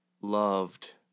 loved